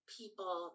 people